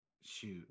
Shoot